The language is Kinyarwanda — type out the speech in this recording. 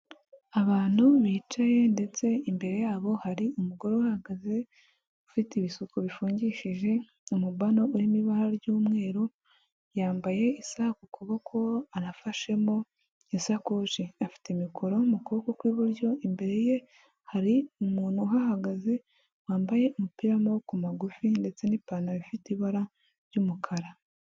Abantu bicaye ndetse imbere yabo hari umugore uhahagaze ufite ibisuko bifungishije mu umubano urimo ibara ry'umweru, yambaye isa ku kuboko arafashemo isakoshi afite mikoro mu kuboko kw'iburyo, imbere ye hari umuntu uhahagaze wambaye umupira w'amaboko magufi ndetse n'ipantaro ifite ibara ry'umukara.